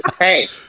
hey